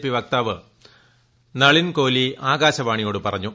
P വക്താവ് നളിൻ കോലി ആകാശവാണിയോട് പറഞ്ഞു